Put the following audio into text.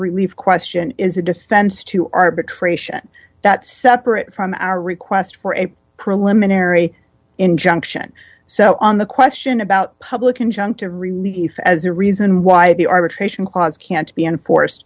relief question is a defense to arbitration that separate from our request for a preliminary injunction so on the question about public injunctive relief as a reason why the arbitration clause can't be enforced